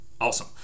Awesome